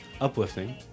Uplifting